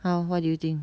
how what do you think